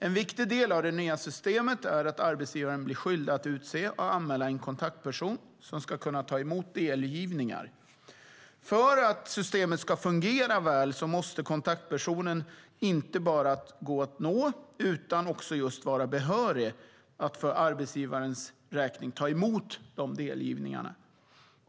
En viktig del av det nya systemet är att arbetsgivaren blir skyldig att utse och anmäla en kontaktperson som ska kunna ta emot delgivningar. För att systemet ska fungera väl måste kontaktpersonen inte bara gå att nå utan också just vara behörig att för arbetsgivarens räkning ta emot delgivningarna.